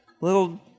little